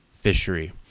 fishery